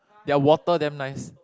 their water damn nice